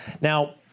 Now